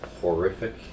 horrific